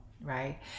right